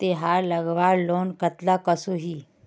तेहार लगवार लोन कतला कसोही?